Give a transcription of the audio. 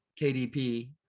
KDP